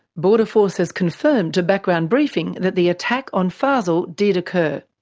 border force has confirmed to background briefing that the attack on fazel did occur.